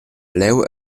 leu